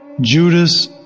Judas